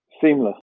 seamless